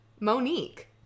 Monique